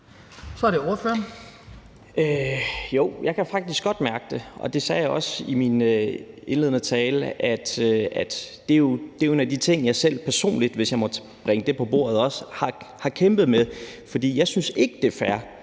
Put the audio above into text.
jeg kan faktisk godt mærke det, og jeg sagde også i min indledende tale, at det er en af de ting, jeg selv personligt har kæmpet med, hvis jeg må bringe